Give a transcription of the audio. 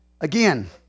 again